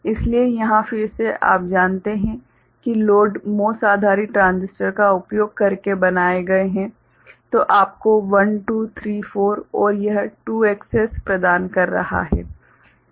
इसलिए यहाँ फिर से आप जानते हैं कि लोड MOS आधारित ट्रांजिस्टर का उपयोग करके बनाए गए हैं तो आपको 1 2 3 4 और यह 2 एक्सेस प्रदान कर रहा है